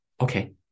okay